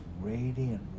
radiant